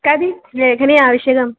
कति लेखनी आवश्यकी